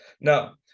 Now